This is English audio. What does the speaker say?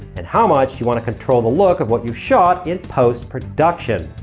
and how much you want to control the look of what you shot in post-production.